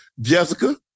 Jessica